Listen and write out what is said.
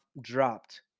dropped